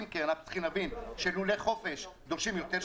כי אנחנו צריכים להבין שלולי חופש דורשים יותר שטחים.